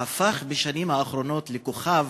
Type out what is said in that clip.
הפך בשנים האחרונות לכוכב